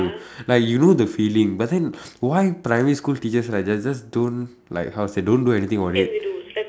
like you know the feeling but then why primary school teachers like they just don't like how to say don't do anything about it